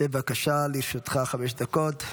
עטאונה, בבקשה, לרשותך חמש דקות.